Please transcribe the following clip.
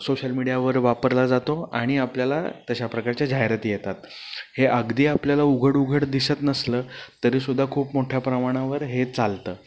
social मीडियावर वापरला जातो आणि आपल्याला तशा प्रकारच्या जाहिराती येतात हे अगदी आपल्याला उघड उघड दिसत नसलं तरीसुद्धा खूप मोठ्या प्रमाणावर हे चालतं